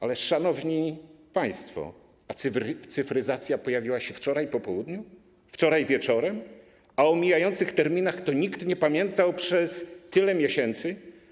Ale, szanowni państwo, kwestia cyfryzacji pojawiła się wczoraj po południu, wczoraj wieczorem, a o mijających terminach nikt nie pamiętał przez tyle miesięcy.